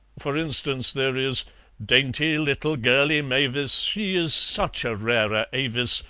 for instance, there is dainty little girlie mavis, she is such a rara avis,